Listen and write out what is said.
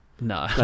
No